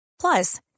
plus